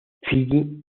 fiyi